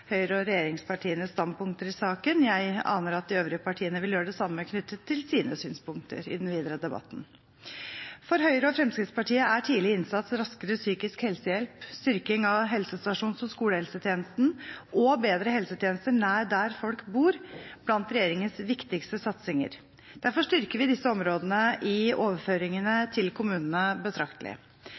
og regjeringspartienes standpunkter i saken. Jeg aner at de øvrige partiene vil gjøre det samme knyttet til sine synspunkter i den videre debatten. For Høyre og Fremskrittspartiet er tidlig innsats, raskere psykisk helsehjelp, styrking av helsestasjons- og skolehelsetjenesten og bedre helsetjenester nær der folk bor blant regjeringens viktigste satsinger. Derfor styrker vi disse områdene i overføringene til kommunene betraktelig.